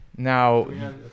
now